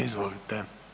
Izvolite.